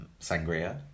sangria